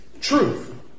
truth